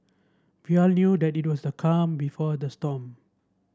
we all knew that it was the calm before the storm